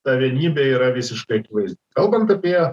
ta vienybė yra visiškai akivaizdi kalbant apie